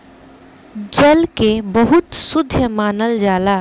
जल के बहुत शुद्ध मानल जाला